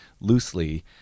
loosely